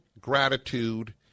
gratitude